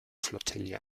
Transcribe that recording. flottille